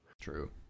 True